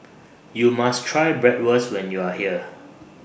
YOU must Try Bratwurst when YOU Are here